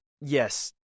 yes